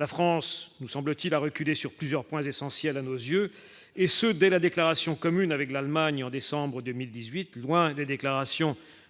la France, nous semble-t-il, a reculé sur plusieurs points essentiels à nos yeux, et ce dès la déclaration commune avec l'Allemagne en décembre 2018, loin des déclarations du mois